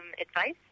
advice